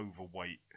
overweight